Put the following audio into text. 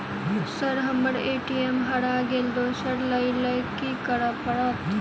Sir हम्मर ATM हरा गइलए दोसर लईलैल की करऽ परतै?